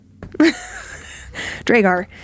Dragar